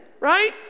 right